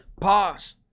Pause